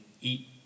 eat